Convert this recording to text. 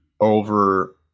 over